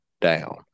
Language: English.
down